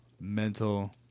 mental